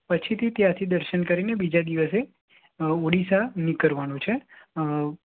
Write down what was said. પછીથી ત્યાંથી દર્શન કરીને બીજા દિવસે ઓડિશા નીકળવાનું છે